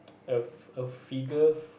a fi~ figure